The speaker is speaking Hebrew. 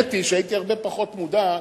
האמת היא שהייתי הרבה פחות מודאג